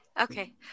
Okay